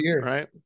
right